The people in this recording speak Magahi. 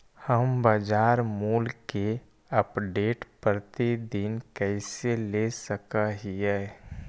हम बाजार मूल्य के अपडेट, प्रतिदिन कैसे ले सक हिय?